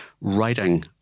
writing